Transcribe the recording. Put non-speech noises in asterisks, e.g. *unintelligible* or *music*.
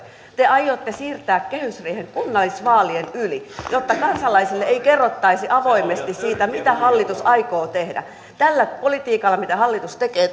te aiotte siirtää kehysriihen kunnallisvaalien yli jotta kansalaisille ei kerrottaisi avoimesti siitä mitä hallitus aikoo tehdä tällä politiikalla mitä hallitus tekee *unintelligible*